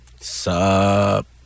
Sup